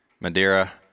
Madeira